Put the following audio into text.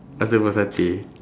ask her for satay